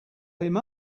him